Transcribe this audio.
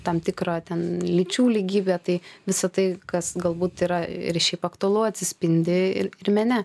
tam tikrą ten lyčių lygybę tai visa tai kas galbūt yra ir šiaip aktualu atsispindi ir ir mene